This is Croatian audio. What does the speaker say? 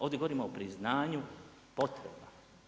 Ovdje govorimo o priznanju potreba.